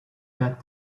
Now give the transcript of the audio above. that